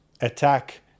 attack